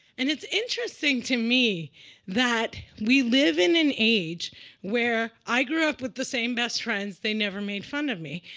and it's interesting to me that we live in an age where i grew up with the same best friends. they never made fun of me.